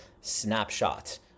snapshot